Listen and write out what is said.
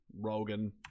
Rogan